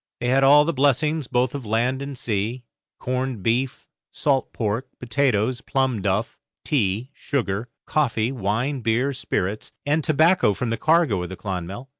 they had all the blessings both of land and sea corned beef, salt pork, potatoes, plum-duff, tea, sugar, coffee, wine, beer, spirits, and tobacco from the cargo of the clonmel,